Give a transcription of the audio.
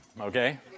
okay